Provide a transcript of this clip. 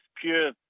pure